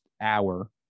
hour